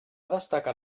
destacar